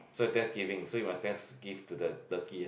so Thanksgiving so you must thanks give to the turkey ah